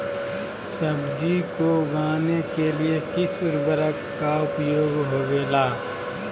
सब्जी को उगाने के लिए किस उर्वरक का उपयोग होबेला?